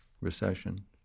recession